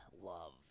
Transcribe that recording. love